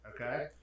okay